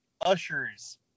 ushers